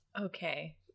Okay